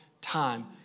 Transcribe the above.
time